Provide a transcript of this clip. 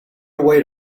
away